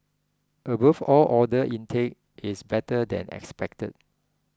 above all order intake is better than expected